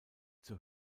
zur